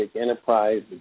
enterprise